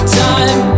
time